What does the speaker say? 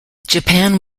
japan